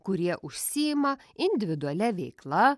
kurie užsiima individualia veikla